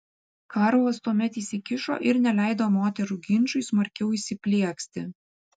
karlas tuomet įsikišo ir neleido moterų ginčui smarkiau įsiplieksti